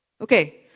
Okay